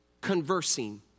conversing